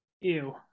Ew